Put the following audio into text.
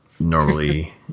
normally